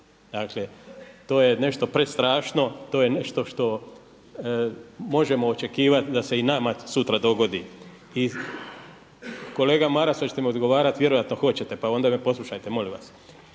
Dakle to je nešto prestrašno, to je nešto što možemo očekivati da se i nama sutra dogodi. I kolega Maras, hoćete mi odgovarati, vjerojatno hoćete, pa onda me poslušajte molim vas.